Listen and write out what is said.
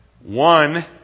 One